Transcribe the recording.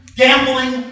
gambling